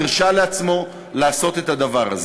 הרשה לעצמו לעשות את הדבר הזה.